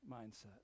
mindset